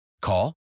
Call